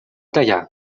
tallar